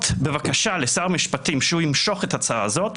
בבקשה לשר המשפטים שימשוך את ההצעה הזאת